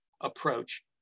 approach